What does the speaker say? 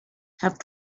have